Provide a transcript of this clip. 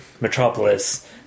metropolis